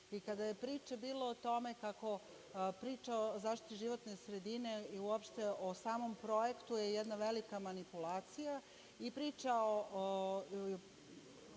i kada je priče bilo o tome kako priča o zaštiti životne sredine i uopšte o samom projektu je jedna velika manipulacija. Priča o